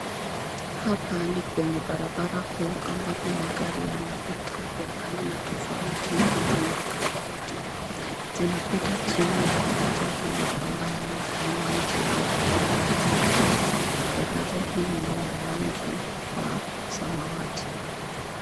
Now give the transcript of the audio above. Hapa ni kwenye barabara kuu ambapo magari yanapita, ya aina tofauti na muundo tofauti. Zinapita chini ya daraja hii ambayo haina mtu yeyote ambaye anapita. Daraja hii ni ya rangi wa samawati.